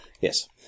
Yes